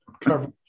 coverage